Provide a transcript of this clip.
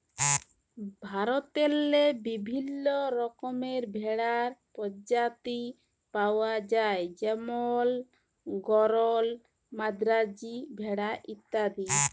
ভারতেল্লে বিভিল্ল্য রকমের ভেড়ার পরজাতি পাউয়া যায় যেমল গরল, মাদ্রাজি ভেড়া ইত্যাদি